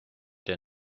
der